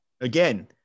Again